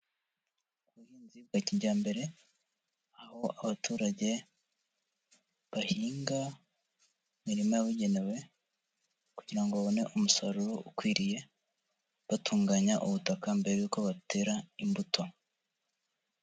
Ubuhinzi bwa kijyambere, aho abaturage bahinga imirima yabugenewe kugira ngo babone umusaruro ukwiriye, batunganya ubutaka mbere y'uko batera imbuto.